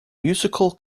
musical